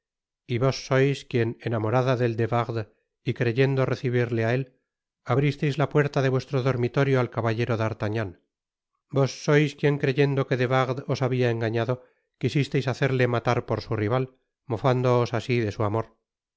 bonacieux vos sois quien enamorada del de wardes y creyendo recibirle á él abristeis la puerta de vuestro dormitorio al caballero d'artagnan vos sois quien creyendo que de wardes os babia engañado quisisteis hacerle matar por su rival mofándoos asi de su amor vos